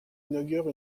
inaugure